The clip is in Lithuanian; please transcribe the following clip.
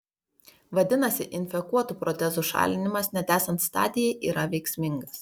vadinasi infekuotų protezų šalinimas net esant stadijai yra veiksmingas